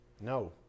No